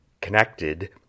connected